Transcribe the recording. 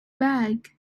bag